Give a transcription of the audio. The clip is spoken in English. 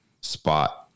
spot